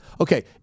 Okay